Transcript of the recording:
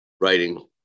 writing